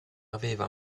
aveva